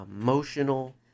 emotional